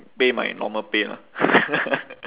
pay my normal pay lah